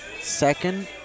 second